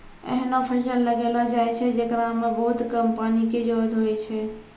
ऐहनो फसल लगैलो जाय छै, जेकरा मॅ बहुत कम पानी के जरूरत होय छै